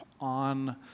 on